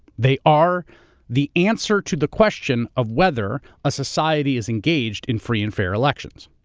they are the answer to the question of whether a society is engaged in free and fair elections.